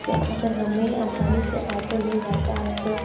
अगर हमें आसानी से ऑटो मिल जाता है तो